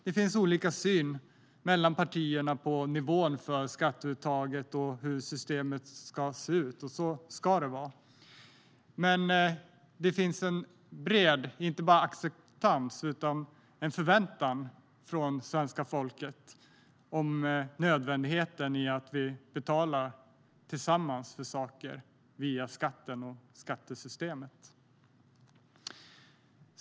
Det finns olika syn i partierna på nivån på skatteuttaget och hur systemet ska se ut, och så ska det vara. Det finns dock en bred inte bara acceptans utan en förväntan från svenska folket om nödvändigheten i att vi betalar för saker tillsammans via skatten och skattesystemet.